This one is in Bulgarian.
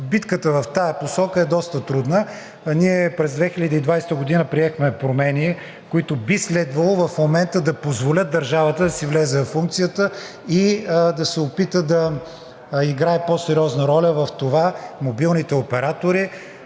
битката в тази посока е доста трудна. Ние през 2020 г. приехме промени, които би следвало в момента да позволят държавата да си влезе във функцията и да се опита да играе по-сериозна роля в това мобилните оператори